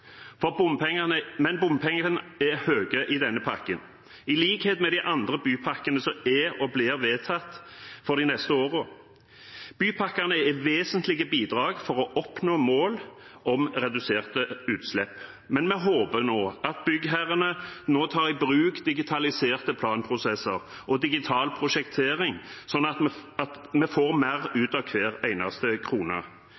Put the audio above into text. Men bompengene er høye i denne pakken, i likhet med i de andre bypakkene som er og blir vedtatt for de neste årene. Bypakkene er vesentlige bidrag for å oppnå mål om reduserte utslipp, men vi håper at byggherrene nå tar i bruk digitaliserte planprosesser og digital prosjektering, slik at vi få mer ut av hver eneste krone. Dette må til for at